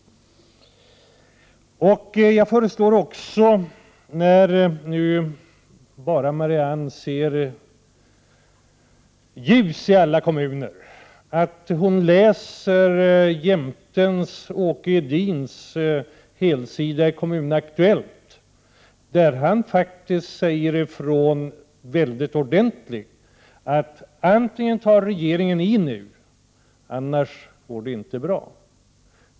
När Marianne Stålberg nu ser bara ljus i alla kommuner föreslår jag att hon läser jämten Åke Edins helsida i Kommun Aktuellt, där han ordentligt säger ifrån att antingen tar regeringen i nu eller också går det inte bra.